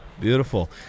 Beautiful